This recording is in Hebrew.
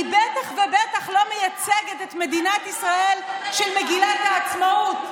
והיא בטח ובטח לא מייצגת את מדינת ישראל של מגילת העצמאות,